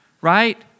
right